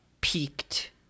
peaked